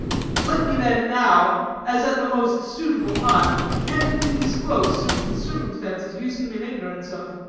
let me, then, now, as at the most suitable time, candidly disclose certain circumstances you seem in ignorance of.